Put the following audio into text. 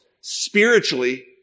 Spiritually